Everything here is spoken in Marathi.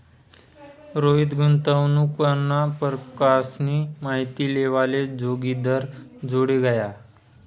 रोहित गुंतवणूकना परकारसनी माहिती लेवाले जोगिंदरजोडे गया